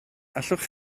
allwch